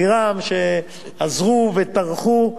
שעזרו וטרחו.